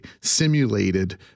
simulated